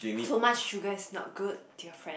too much sugar is not good dear friend